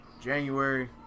January